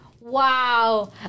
Wow